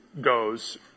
goes